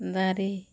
ᱫᱟᱨᱮᱹ